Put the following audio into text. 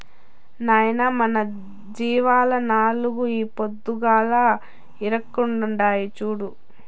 నాయనా మన జీవాల్ల నాలుగు ఈ పొద్దుగాల ఈకట్పుండాయి చూడు